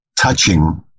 touching